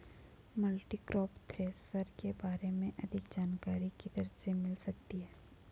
Multicrop thresher के बारे में अधिक जानकारी किधर से मिल सकती है?